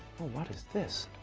what is this?